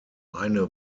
eine